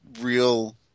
real